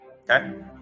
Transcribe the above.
Okay